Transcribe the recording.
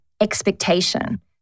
expectation